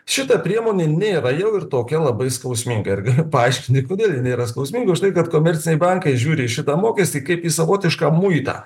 šita priemonė nėra jau ir tokia labai skausminga ir galiu paaiškinti kodėl ji nėra skausminga užtai kad komerciniai bankai žiūri į šitą mokestį kaip į savotišką muitą